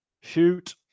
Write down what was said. Shoot